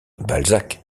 balzac